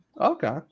okay